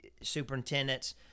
superintendents